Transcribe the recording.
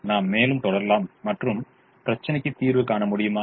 நாம் மேலும் தொடரலாம் மற்றும் பிரச்சினைக்கு தீர்வு காண முடியுமா